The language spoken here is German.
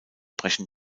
brechen